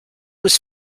was